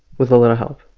with a little help.